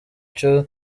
cyo